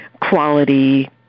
quality